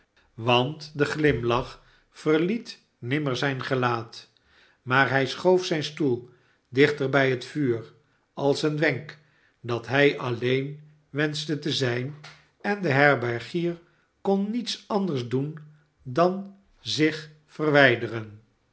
want de glimlach verliet nimmer zijn gelaat niaar hij schoof zijn stoel dichter bij het vuur als een wenk dat nij alleen wenschte te zijn en de herbergier kon niets anders doen aan zich verwijderen